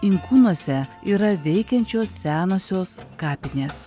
inkūnuose yra veikiančios senosios kapinės